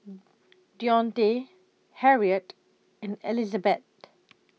Dionte Harriet and Elizabet